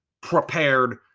prepared